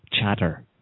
chatter